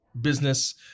business